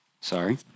sorry